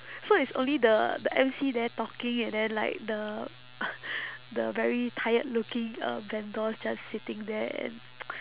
so it's only the the emcee there talking and then like the the very tired looking uh vendors just sitting there and